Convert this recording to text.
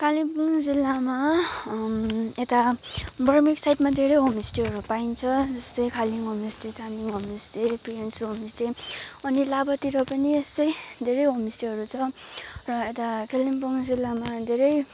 कालिम्पोङ जिल्लामा यता बर्मेक साइडमा धेरै होमस्टेहरू पाइन्छ जस्तै खालिङ होमस्टे चामलिङ होमस्टे पियन्सु होमस्टे अनि लाभातिर पनि यस्तै धेरै होमस्टेहरू छ र यता कालिम्पोङ जिल्लामा धेरै